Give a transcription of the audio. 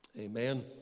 Amen